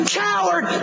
coward